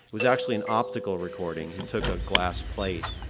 was actually an optical recording. he took a glass plate,